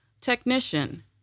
technician